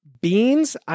beans